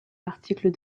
articles